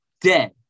dead